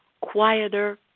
quieter